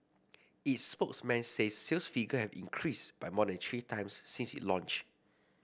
its spokesman says sales figure have increased by more than three times since it launched